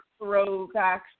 throwbacks